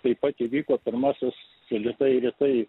taip pat įvyko pirmasis rytai rytai